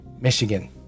Michigan